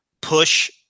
push